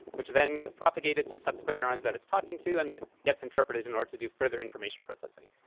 which then gets propagated to subsequent neurons that it's talking to, and that gets interpreted in order to do further information processing.